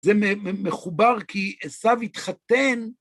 זה מחובר כי עשיו התחתן.